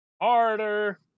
harder